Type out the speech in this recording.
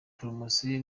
promosiyo